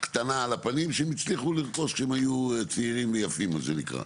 קטנה על הפנים שהם הצליחו לרכוש כשהם היו צעירים ויפים מה שנקרא,